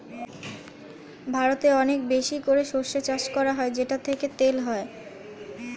ভারতে অনেক বেশি করে সরষে চাষ হয় যেটা থেকে তেল হয়